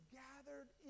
gathered